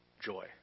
joy